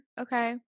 okay